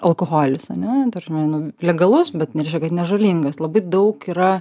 alkoholis ane ta prasme nu legalus bet nereiškia kad nežalingas labai daug yra